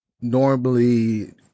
normally